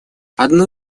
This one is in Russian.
одну